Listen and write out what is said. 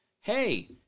hey